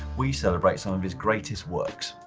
we celebrate some of his greatest works.